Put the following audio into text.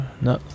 No